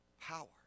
power